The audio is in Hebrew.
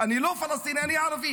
אני לא פלסטיני, אני ערבי.